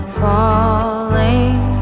falling